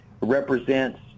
represents